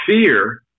fear